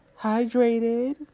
hydrated